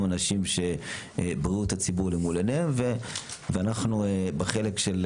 אנשים שבריאות הציבור אל מול עיניהם ואנחנו בחלק של